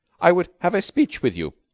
i would have a speech with you.